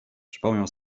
przypomniał